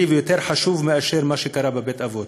ויותר חשוב מאשר מה שקרה בבתי-אבות.